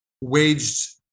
waged